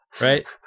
right